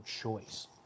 choice